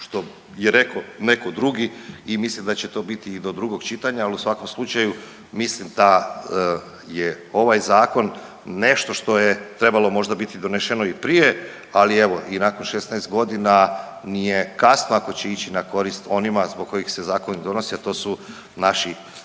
što je rekao neko drugi i mislim da će to biti i do drugog čitanja, ali u svakom slučaju mislim da je ovaj zakon nešto što je trebalo možda biti donešeno i prije, ali evo i nakon 16.g. nije kasno ako će ići na korist onima zbog kojih se zakon i donosi, a to su naši